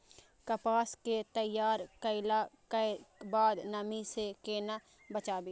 कपास के तैयार कैला कै बाद नमी से केना बचाबी?